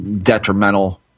detrimental